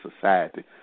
society